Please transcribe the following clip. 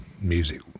music